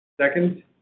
Second